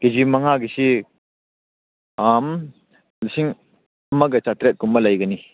ꯀꯦꯖꯤ ꯃꯉꯥꯒꯤꯁꯤ ꯂꯤꯁꯤꯡ ꯑꯃꯒ ꯆꯥꯇ꯭ꯔꯦꯠ ꯀꯨꯝꯕ ꯂꯩꯒꯅꯤ